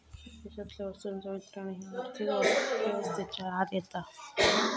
देशातल्या वस्तूंचा वितरण ह्या आर्थिक व्यवस्थेच्या आत येता